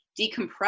decompress